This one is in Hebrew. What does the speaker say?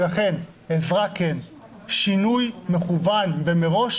לכן, עזרה כן, שינוי מכוון ומראש